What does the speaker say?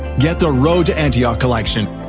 get the road to antioch collection,